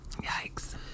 yikes